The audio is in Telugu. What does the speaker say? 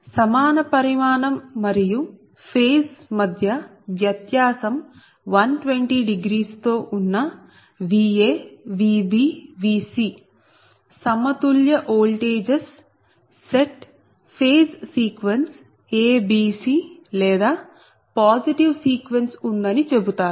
సమాన పరిమాణం మరియు ఫేజ్ మధ్య వ్యత్యాసం 1200 తో ఉన్న Va Vb Vc సమతుల్య voltages phasors set phase sequence a b c లేదా పాజిటివ్ సీక్వెన్స్ ఉందని చెబుతారు